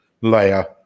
layer